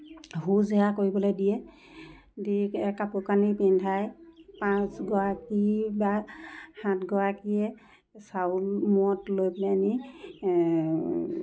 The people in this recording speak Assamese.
ভোজ সেৱা কৰিবলৈ দিয়ে দি কাপোৰ কানি পিন্ধাই পাঁচগৰাকী বা সাতগৰাকীয়ে চাউল মূৰত লৈ পেলানি